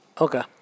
Okay